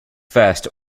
first